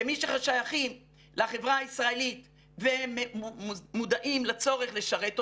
כמי ששייכים לחברה הישראלית ומודעים לצורך לשרת אותה,